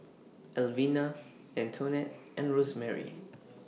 Elvina Antonette and Rosemarie